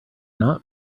not